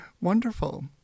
Wonderful